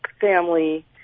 family